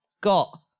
got